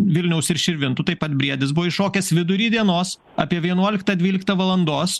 vilniaus ir širvintų taip pat briedis buvo iššokęs vidury dienos apie vienuoliktą dvyliktą valandos